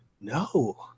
No